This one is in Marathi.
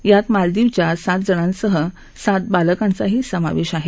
यात मालदीवच्या सात जणांसह सात बालकांचाही समावेश आहे